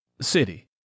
City